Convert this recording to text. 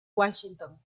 washington